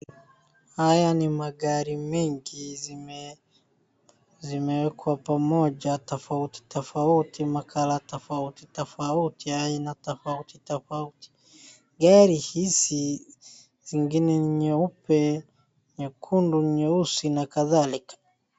Haya ni magari mingi, zimewekwa pamoja tofauti tofauti, ma color tofauti tofauti, aina tofauti tofauti. Gari hizi, zingine ni nyeupe, nyekundu na nyeusi na kadhalika.